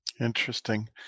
Interesting